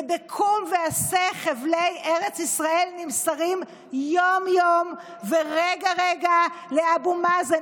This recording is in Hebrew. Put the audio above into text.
זה ב"קום ועשה" חבלי ארץ ישראל נמסרים יום-יום ורגע-רגע לאבו מאזן.